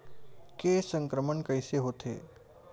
के संक्रमण कइसे होथे?